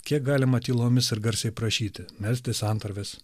kiek galima tylomis ir garsiai prašyti melsti santarvės